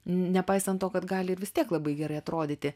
nepaisant to kad gali ir vis tiek labai gerai atrodyti